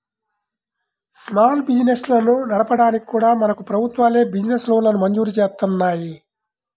small బిజినెస్లను నడపడానికి కూడా మనకు ప్రభుత్వాలే బిజినెస్ లోన్లను మంజూరు జేత్తన్నాయి